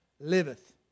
liveth